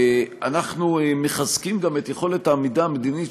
אנחנו מחזקים גם את יכולת העמידה המדינית